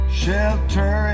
shelter